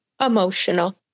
Emotional